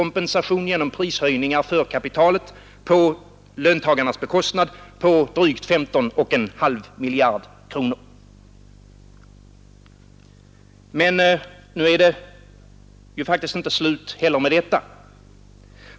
Men det är faktiskt inte slut heller med detta.